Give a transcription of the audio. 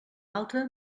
altre